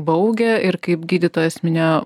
baugią ir kaip gydytojas minėjo